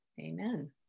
Amen